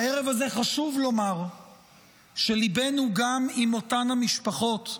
בערב הזה חשוב לומר שליבנו גם עם אותן המשפחות.